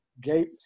gate